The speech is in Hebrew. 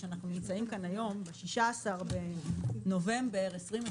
שאנחנו נמצאים כאן היום ב-16 בנובמבר 2021